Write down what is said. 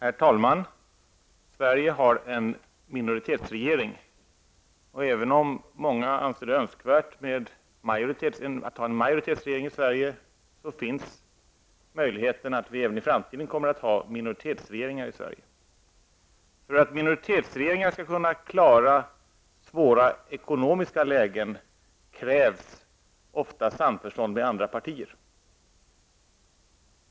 Herr talman! Sverige har en minoritetsregering. Även om många anser det önskvärt att ha en majoritetsregering i Sverige, finns möjligheten att vi även i framtiden kommer att ha minoritetsregeringar i Sverige. För att minoritetsregeringar skall kunna klara svåra ekonomiska lägen krävs det ofta samförstånd med andra partier.